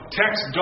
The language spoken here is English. text